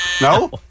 no